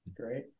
Great